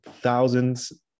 thousands